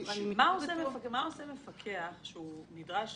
מה עושה מפקח שנדרש